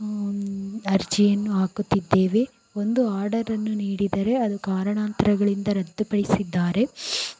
ಅರ್ಜಿಯನ್ನು ಹಾಕುತ್ತಿದ್ದೇವೆ ಒಂದು ಆರ್ಡರನ್ನು ನೀಡಿದರೆ ಅದು ಕಾರಣಾಂತರಗಳಿಂದ ರದ್ದು ಪಡಿಸಿದ್ದಾರೆ